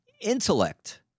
intellect